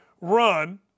run